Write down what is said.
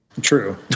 True